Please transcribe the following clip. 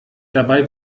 dabei